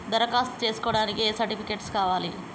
దరఖాస్తు చేస్కోవడానికి ఏ సర్టిఫికేట్స్ కావాలి?